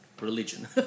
religion